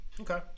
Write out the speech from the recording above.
okay